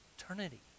eternity